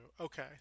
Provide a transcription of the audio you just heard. okay